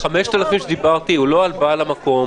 5,000 שדיברתי זה לא על בעל המקום,